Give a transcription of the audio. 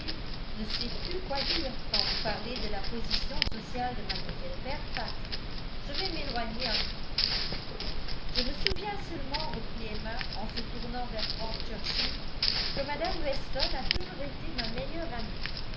ne sait plus quoi dire quand vous parlez de la position sociale de mlle fairfax je vais m'éloigner un peu je me souviens seulement reprit emma en se tournant vers frank churchill que mme weston a toujours été ma meilleure amie